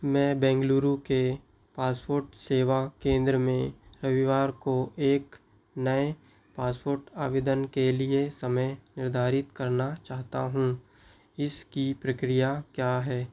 मैं बेंगलुरु के पासपोर्ट सेवा केंद्र में रविवार को एक नए पासपोर्ट आवेदन के लिए समय निर्धारित करना चाहता हूँ इस की प्रक्रिया क्या है